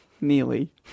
Nearly